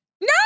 No